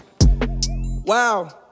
Wow